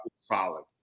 solid